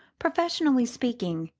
professionally speaking,